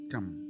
Come